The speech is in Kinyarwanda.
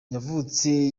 yavutse